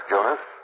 Jonas